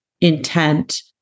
intent